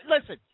Listen